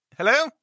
Hello